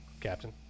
Captain